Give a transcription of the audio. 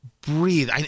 breathe